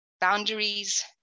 boundaries